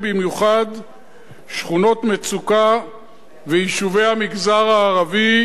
במיוחד שכונות מצוקה ויישובי המגזר הערבי,